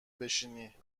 بشینی